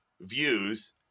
views